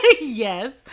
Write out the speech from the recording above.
yes